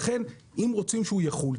לכן אם רוצים שהוא יחול,